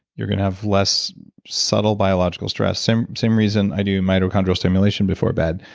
you're gonna have less so but biological stress. same same reason i do mitochondrial stimulation before bed.